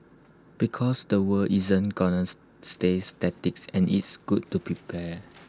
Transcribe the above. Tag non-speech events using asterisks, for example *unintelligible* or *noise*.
because the world isn't gonna *unintelligible* stay statics and it's good to prepared